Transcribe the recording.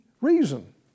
reason